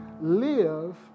live